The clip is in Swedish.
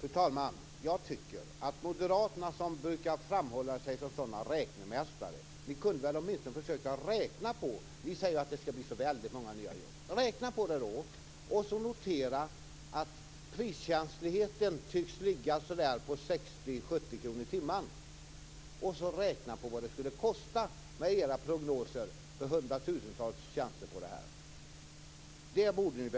Fru talman! Jag tycker att Moderaterna, som brukar framhålla sig själva som sådana räknemästare, skulle kunna räkna på dessa förslag. Ni säger att det skall bli så många nya jobb. Räkna på detta, och notera att priskänsligheten tycks ligga på 60-70 kr i timmen. Räkna på vad det skulle kosta med era prognoser om hundratusentals tjänster. Det borde ni